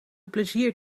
plezier